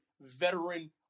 veteran